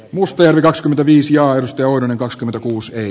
mustajärvi kakskymmentäviis ja aidosti uuden koska takuuseen